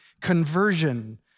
conversion